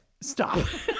Stop